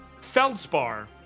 Feldspar